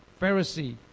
Pharisee